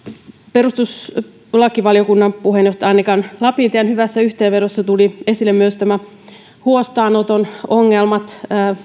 perustuslakivaliokunnan puheenjohtaja annika lapintien hyvässä yhteenvedossa tulivat esille myös nämä huostaanoton ongelmat